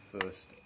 first